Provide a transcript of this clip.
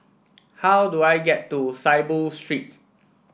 how do I get to Saiboo Street